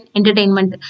Entertainment